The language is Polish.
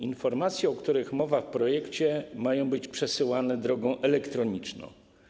Informacje, o których mowa w projekcie, mają być przesyłane drogą elektroniczną.